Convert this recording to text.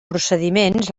procediments